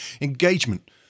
engagement